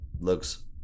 looks